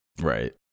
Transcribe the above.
Right